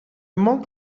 monk